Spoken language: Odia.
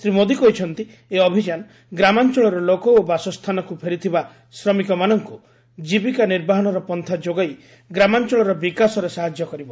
ଶ୍ରୀ ମୋଦି କହିଛନ୍ତି ଏହି ଅଭିଯାନ ଗ୍ରାମାଞ୍ଚଳର ଲୋକ ଓ ବାସସ୍ଥାନକୁ ଫେରିଥିବା ଶ୍ରମିକ ମାନଙ୍କୁ ଜୀବିକା ନିର୍ବାହନର ପନ୍ଥା ଯୋଗାଇ ଗ୍ରାମାଞ୍ଚଳର ବିକାଶରେ ସାହାଯ୍ୟ କରିବ